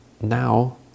now